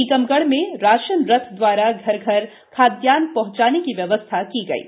टीकमगढ़ में राशन रथ दवारा घर घर खादयान्न पहंचाने की व्यवस्था की गई है